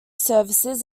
services